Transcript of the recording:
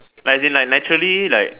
like as in like naturally like